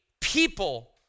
people